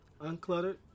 uncluttered